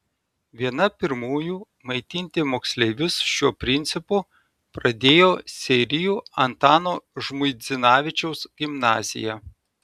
viena pirmųjų maitinti moksleivius šiuo principu pradėjo seirijų antano žmuidzinavičiaus gimnazija